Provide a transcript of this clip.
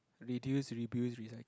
reduce reuse recycle